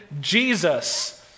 Jesus